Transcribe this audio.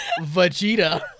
Vegeta